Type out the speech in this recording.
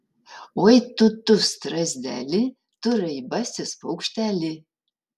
oi tu tu tu strazdeli tu raibasis paukšteli